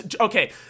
okay